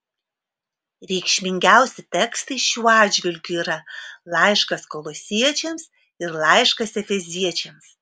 reikšmingiausi tekstai šiuo atžvilgiu yra laiškas kolosiečiams ir laiškas efeziečiams